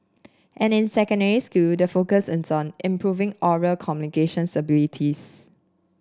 and in secondary school the focus is on improving oral communication